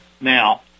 now